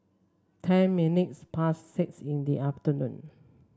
ten minutes past six in the afternoon